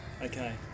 Okay